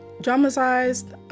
dramatized